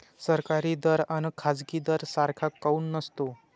सरकारी दर अन खाजगी दर सारखा काऊन नसतो?